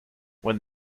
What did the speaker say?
when